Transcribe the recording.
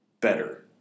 better